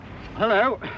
hello